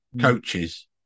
coaches